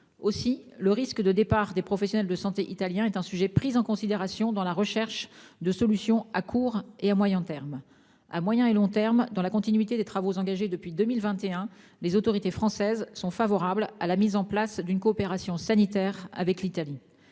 Aussi, le risque de départ des professionnels de santé italiens est un sujet pris en considération dans la recherche de solutions à court et moyen termes. À moyen et long termes, dans la continuité des travaux engagés depuis 2021, les autorités françaises sont favorables à la mise en place d'une coopération sanitaire avec l'Italie.